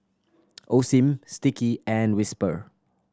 Osim Sticky and Whisper